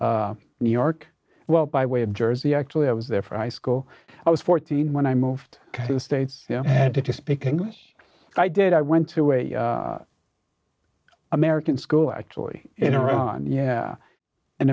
new york well by way of jersey actually i was there for high school i was fourteen when i moved to the states and to to speak english i did i went to a american school actually in iran yeah an